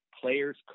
player's